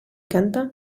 canta